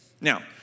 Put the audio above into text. Now